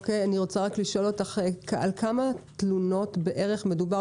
על כמה תלונות בערך מדובר?